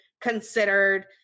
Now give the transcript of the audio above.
considered